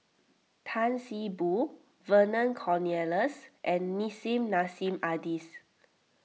Tan See Boo Vernon Cornelius and Nissim Nassim Adis